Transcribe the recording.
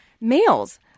males